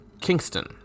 Kingston